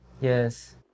Yes